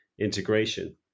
integration